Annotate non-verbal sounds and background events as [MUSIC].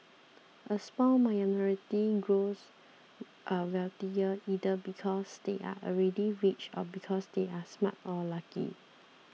a small minority grows [HESITATION] wealthier either because they are already rich or because they are smart or lucky